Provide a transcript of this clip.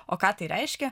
o ką tai reiškia